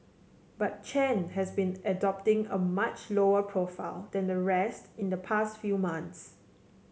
but Chen has been adopting a much lower profile than the rest in the past few months